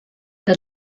der